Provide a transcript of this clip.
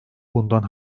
bundan